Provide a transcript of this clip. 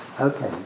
Okay